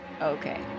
okay